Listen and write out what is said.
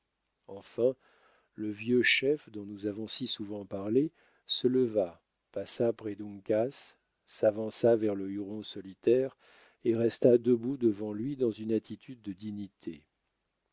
enfin le vieux chef dont nous avons si souvent parlé se leva passa près d'uncas s'avança vers le huron solitaire et resta debout devant lui dans une attitude de dignité